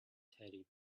teddy